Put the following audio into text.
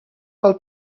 pel